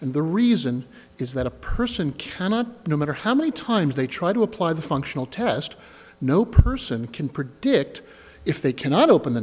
and the reason is that a person cannot no matter how many times they try to apply the functional test no person can predict if they cannot open the